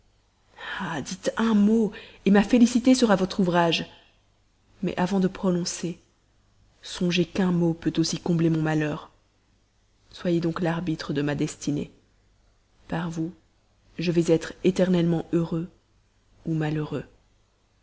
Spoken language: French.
dites un mot ma félicité deviendra votre ouvrage mais avant de prononcer songez qu'un mot peut aussi combler mon malheur soyez donc l'arbitre de ma destinée par vous je vais être éternellement heureux ou malheureux